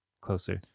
closer